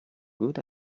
good